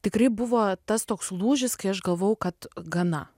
tikrai buvo tas toks lūžis kai aš galvojau kad gana